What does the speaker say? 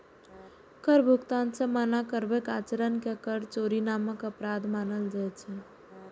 कर भुगतान सं मना करबाक आचरण कें कर चोरी नामक अपराध मानल जाइ छै